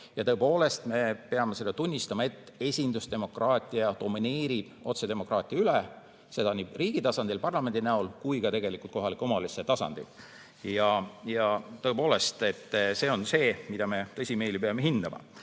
ja tõepoolest, me peame seda tunnistama, esindusdemokraatia domineerib otsedemokraatia üle, seda nii riigi tasandil parlamendi näol kui ka kohaliku omavalitsuse tasandil. Tõepoolest, see on see, mida me tõsimeeli peame hindama.